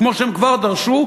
כמו שהם כבר דרשו,